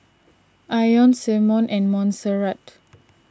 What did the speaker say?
Ione Symone and Monserrat